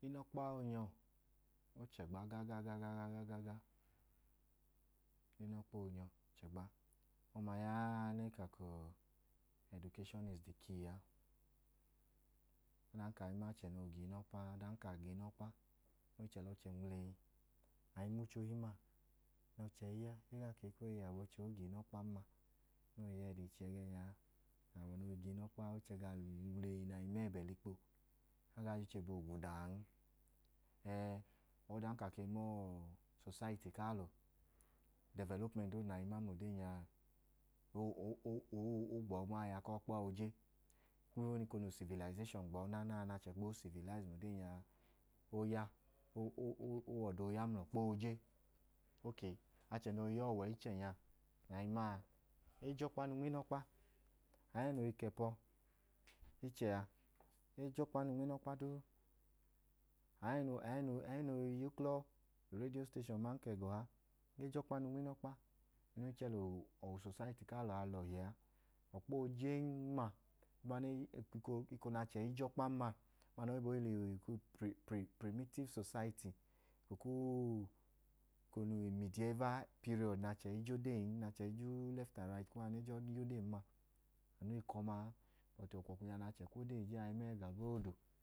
Inọkpa oonyọ, o chẹgba gaaga. O chẹgba gagagaaaga. Ọma ya ẹẹ nẹ e ka ka ẹdukeshọn is de kii a. Ọdan ka a i ma achẹ noo ga inọkpa a, ọdanka a ga inọkpa, o i chẹ lẹ ọchẹ nwla eyi. A i ma uche ohin ma nẹ ọchẹ i ya, a i ka ka o gaa inọkpan ma anu ya nẹ ọọ i ya ẹdọ uche ẹgẹẹnya a. awọ noo ga inọkpa a, o i chẹ gawọ nwla eyi nẹ a i ma ẹbẹ likpo. A i ya uche bẹ ogwuda an. Ẹẹ, ọdanka a ke ma usosaiti ku alọ, dẹvẹlopmẹnti doodu na i ma noo ode i ya a, o gbọọ nma aya ku ọkpa ooje. Eko nẹ usivilayizeshọn gbọọ naana a, o o o wẹ ọda ooya mla ọkpa ooje. Achẹ noo i ya ọwẹ ichẹ nya nẹ a i ma a, e je ọkpa nu nma inọkpa. Aẹẹ noo i kẹpọ ichẹ a, e je ọkpa nu nma inọkpa duu. A ẹẹ noo i noo i yuklọ urediyo steshọn aman ka ẹga ọha ichẹ a, e je ọkpa nu nma inọkpa. Anu chẹ lẹ usosayiti ku alọ a lọhi a. Ọkpa oojen ma, eko nẹ achẹ i je ọkpan ma, ọma nẹ aoyibo i hi lẹ uprimitiv sosayiti, eko ku umidiyeva piriyọdu nẹ achẹ i je odeen ma, anu wẹ eko ọma a. Bẹt abalọbanya nẹ achẹ kwu ode i je a